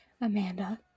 Amanda